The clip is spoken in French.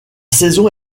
saison